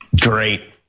Great